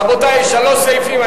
רבותי, שלושה סעיפים.